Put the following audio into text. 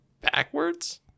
backwards